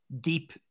deep